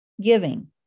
giving